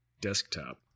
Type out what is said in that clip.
Desktop